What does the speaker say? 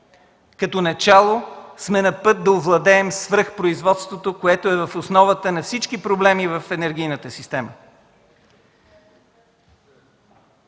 Като начало сме на път да овладеем свръхпроизводството, което е в основата на всички проблеми в енергийната система